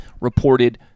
Reported